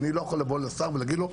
אני לא יכול לבוא לשר ולהגיד לו,